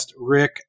Rick